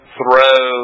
throw